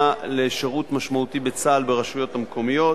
לשירות משמעותי בצה"ל ברשויות המקומיות,